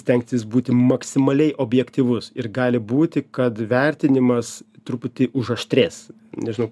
stengsis būti maksimaliai objektyvus ir gali būti kad vertinimas truputį užaštrės nežinau